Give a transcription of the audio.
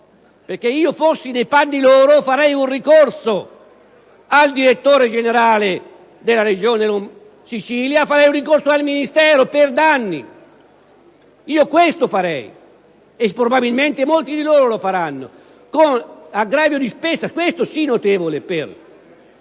perché se io fossi nei panni loro farei un ricorso al direttore generale della Regione Siciliana e al Ministero per danni. Questo farei e probabilmente molti di loro lo faranno, con aggravio di spesa - questo sì notevole - per